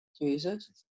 Jesus